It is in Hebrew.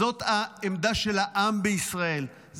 זאת העמדה של העם בישראל,